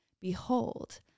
Behold